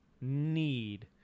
need